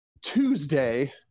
Tuesday